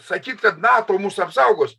sakyt kad nato mus apsaugos